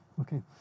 Okay